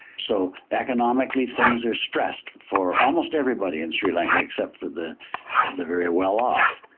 so economically things are stressed for almost everybody in sri lanka except for the the very well off.